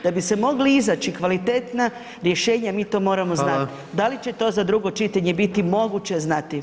Da bi se mogla iznaći kvalitetna rješenja mi to moramo znati, da li će to za drugo čitanje biti moguće znati?